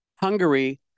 Hungary